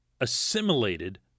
assimilated